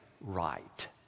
right